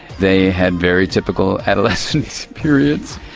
they had very typical adolescent periods.